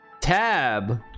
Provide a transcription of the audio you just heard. Tab